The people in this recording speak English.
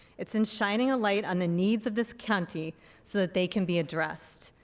it's in shining a light on the needs of this county so that they can be addressed.